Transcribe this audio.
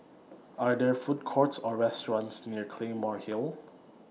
Are There Food Courts Or restaurants near Claymore Hill